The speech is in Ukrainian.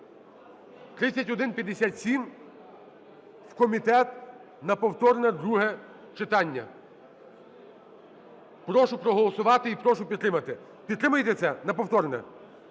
3157 – в комітет на повторне друге читання. Прошу проголосувати і прошу підтримати. Підтримаєте це, на повторне?